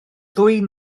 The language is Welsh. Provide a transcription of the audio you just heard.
ddwy